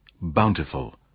bountiful